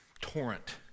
torrent